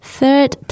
Third